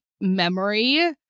memory